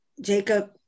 Jacob